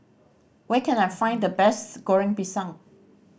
where can I find the best Goreng Pisang